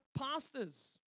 pastors